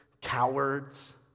cowards